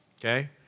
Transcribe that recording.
Okay